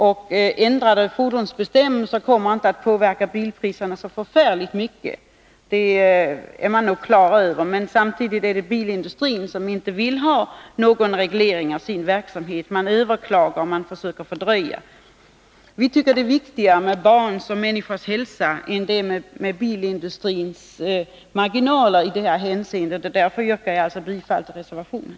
Att ändrade fordonsbestämmelser inte kommer att påverka bilpriserna så förfärligt mycket är man nog klar över, men bilindustrin vill inte ha någon reglering av sin verksamhet — man överklagar och man försöker fördröja. Vi tycker att det är viktigare med barns och andra människors hälsa än det är med bilindustrins marginaler i det här hänseendet, och därför yrkar jag bifall till reservationen.